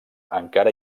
encara